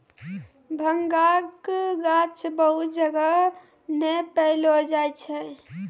भांगक गाछ बहुत जगह नै पैलो जाय छै